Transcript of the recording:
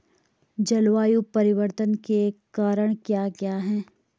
जलवायु परिवर्तन के कारण क्या क्या हैं?